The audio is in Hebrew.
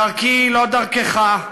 דרכי היא לא דרכך,